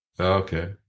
Okay